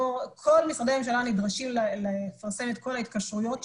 כל משרדי הממשלה נדרשים לפרסם את כל ההתקשרויות שלהם,